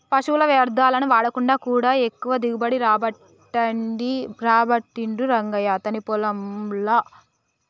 పశువుల వ్యర్ధాలను వాడకుండా కూడా ఎక్కువ దిగుబడి రాబట్టిండు రంగయ్య అతని పొలం ల